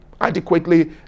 adequately